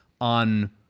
on